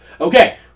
Okay